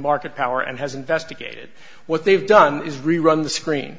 market power and has investigated what they've done is rerun the screen